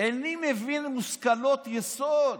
איני מבין מושכלות יסוד.